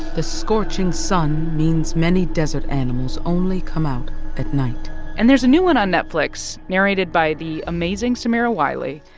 the scorching sun means many desert animals only come out at night and there's a new one on netflix, narrated by the amazing samira wiley,